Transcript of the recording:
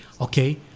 Okay